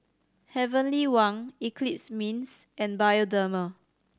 Heavenly Wang Eclipse Mints and Bioderma